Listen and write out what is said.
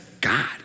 God